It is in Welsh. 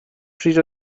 pryd